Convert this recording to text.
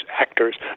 actors